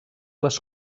les